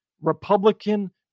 Republican